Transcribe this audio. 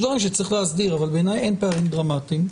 יש דברים שצריך להסדיר אבל בעיניי אין פערים דרמטיים.